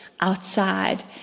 outside